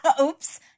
Oops